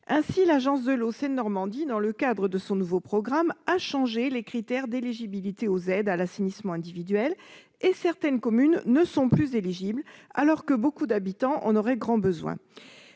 Ainsi, l'agence de l'eau Seine-Normandie, dans le cadre de son nouveau programme, a changé les critères d'éligibilité aux aides à l'assainissement individuel. De ce fait, certaines communes ne sont plus éligibles à ces dispositifs, alors que beaucoup d'habitants en auraient grand besoin.